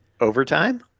overtime